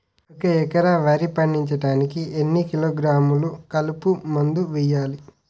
ఒక ఎకర వరి పండించటానికి ఎన్ని కిలోగ్రాములు కలుపు మందు వేయాలి?